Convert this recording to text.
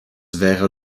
wäre